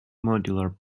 modular